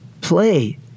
Play